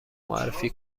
معرفی